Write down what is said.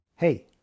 Hey